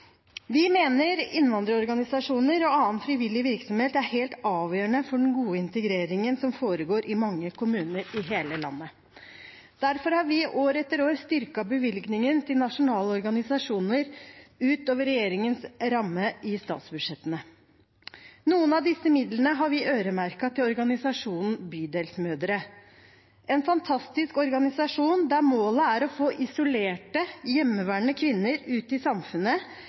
Vi mener innvandrerorganisasjoner og annen frivillig virksomhet er helt avgjørende for den gode integreringen som foregår i mange kommuner i hele landet. Derfor har vi år etter år styrket bevilgningen til nasjonale organisasjoner ut over regjeringens ramme i statsbudsjettene. Noen av disse midlene har vi øremerket til organisasjonen Bydelsmødre, en fantastisk organisasjon der målet er å få isolerte hjemmeværende kvinner ut i samfunnet